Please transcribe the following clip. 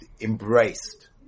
embraced